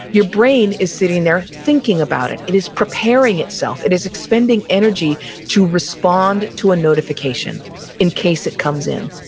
your brain is sitting there thinking about it it is preparing itself, it is expending energy to respond to a notification in case it comes in